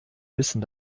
wissen